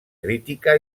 crítica